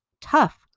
tough